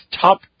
top